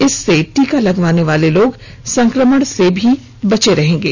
इससे टीका लगवाने वाले लोग संक्रमण से भी बचे रहेंगे